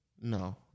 No